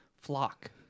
Flock